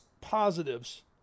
positives